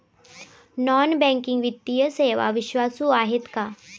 Non banking वित्तीय सेवा विश्वासू आहेत का?